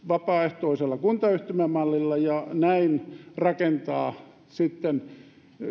vapaaehtoisella kuntayhtymämallilla ja näin rakentaa sitten